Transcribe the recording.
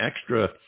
extra